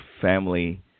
Family